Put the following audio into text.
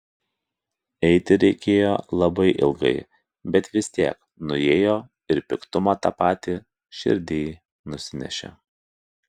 eiti reikėjo labai ilgai bet vis tiek nuėjo ir piktumą tą patį širdyj nusinešė